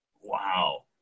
Wow